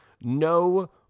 no